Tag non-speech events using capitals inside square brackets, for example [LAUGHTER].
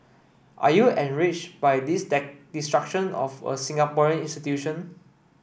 are you enraged by this [UNINTELLIGIBLE] destruction of a Singaporean institution